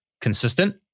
consistent